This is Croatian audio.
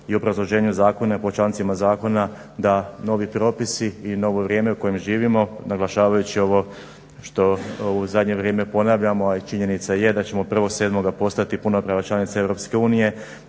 po obrazloženju zakona i po člancima zakona, da novi propisi i novo vrijeme u kojem živimo, naglašavajući ovo što u zadnje vrijeme ponavljamo, a i činjenica je da ćemo 1.7. postati punopravna članica